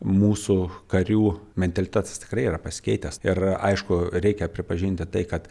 mūsų karių mentalitetas tikrai yra pasikeitęs ir aišku reikia pripažinti tai kad